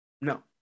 No